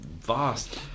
vast